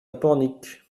pornic